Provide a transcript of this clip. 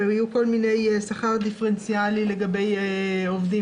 שכר דיפרנציאלי ועוד.